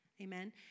Amen